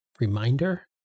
reminder